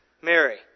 Mary